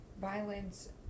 violence